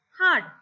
hard